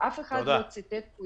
אף אחד לא ציטט פה